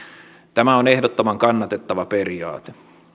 tämä on ehdottoman kannatettava periaate